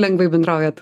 lengvai bendraujat